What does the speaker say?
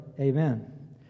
Amen